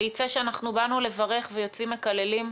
ויצא שאנחנו באנו לברך ויוצאים מקללים.